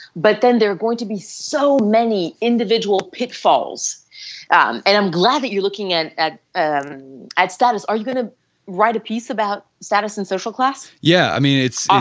but then there are going to be so many individual pitfalls um and i'm glad that you're looking at at um status, are you going to write a piece about status in social class? yeah, i mean it's, ah